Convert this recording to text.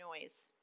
noise